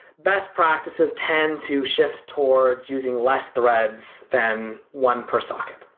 best practices tend to shift towards using less threads than one per socket,